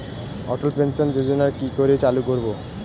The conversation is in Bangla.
অটল পেনশন যোজনার কি করে চালু করব?